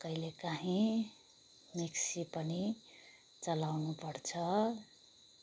कहिलेकाहीँ मिक्सी पनि चलाउनुपर्छ